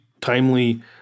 timely